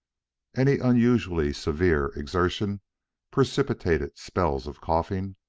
any unusually severe exertion precipitated spells of coughing,